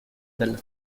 della